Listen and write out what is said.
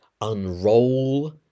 unroll